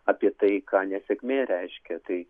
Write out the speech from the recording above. apie tai ką nesėkmė reiškia tai